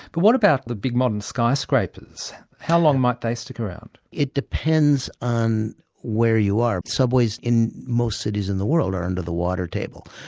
but what about the big modern skyscrapers? how long might they stick around? it depends on where you are. subways in most cities of the world are under the water table.